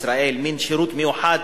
מין שירות מיוחד